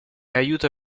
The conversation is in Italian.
aiuto